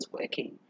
working